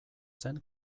zen